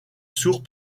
sourds